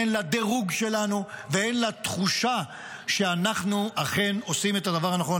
הן לדירוג שלנו והן לתחושה שאנחנו אכן עושים את הדבר הנכון,